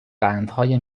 قندهای